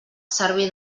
servei